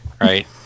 right